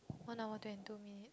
one hour twenty two minute